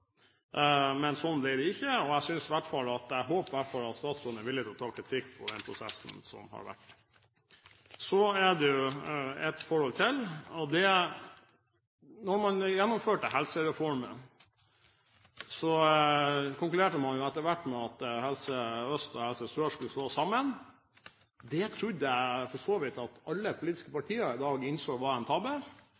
kritikk på den prosessen som har vært. Så til et annet forhold: Da man gjennomførte helsereformen, konkluderte man etter hvert med at Helse Øst og Helse Sør skulle slås sammen. Det trodde jeg for så vidt at alle politiske